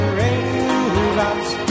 raindrops